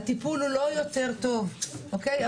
הטיפול הוא לא יותר טוב, אוקי?